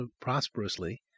prosperously